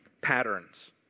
patterns